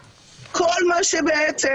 היא נכנסת --- כשהתחלנו היה חדר ייעוץ.